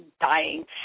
dying